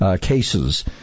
cases